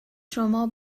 شما